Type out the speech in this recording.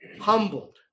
humbled